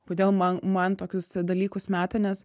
kodėl man man tokius dalykus meta nes